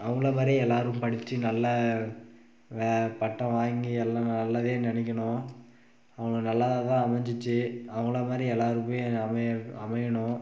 அவங்கள மாதிரியே எல்லோரும் படித்து நல்லா பட்டம் வாங்கி எல்லாம் நல்லதே நெனைக்கிணும் அவங்களுக்கு நல்லதாக தான் அமைஞ்சிச்சி அவங்கள மாதிரி எல்லோருக்கும் எல்லாம் அமையணும்